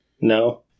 No